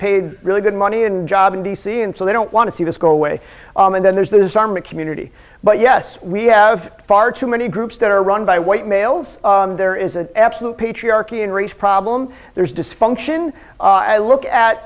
paid really good money and job in d c and so they don't want to see this go away and then there's the disarm a community but yes we have far too many groups that are run by white males there is an absolute patriarchy and race problem there's dysfunction i look at